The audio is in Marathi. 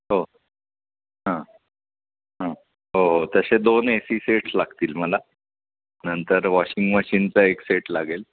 हो हां हां हो हो तसे दोन ए सी सेट्स लागतील मला नंतर वॉशिंग मशीनचा एक सेट लागेल